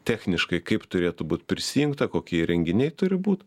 techniškai kaip turėtų būt prisijungta kokie įrenginiai turi būt